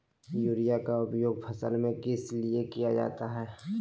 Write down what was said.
Urea के उपयोग फसल में किस लिए किया जाता है?